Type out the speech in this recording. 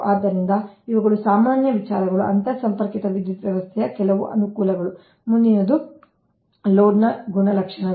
ಆದ್ದರಿಂದ ಇವುಗಳು ಸಾಮಾನ್ಯ ವಿಚಾರಗಳು ಅಂತರ್ಸಂಪರ್ಕಿತ ವಿದ್ಯುತ್ ವ್ಯವಸ್ಥೆಯ ಕೆಲವು ಅನುಕೂಲಗಳು ಮುಂದಿನದು ಲೋಡ್ನ ಗುಣಲಕ್ಷಣಗಳು